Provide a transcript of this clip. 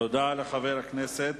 תודה לחבר הכנסת.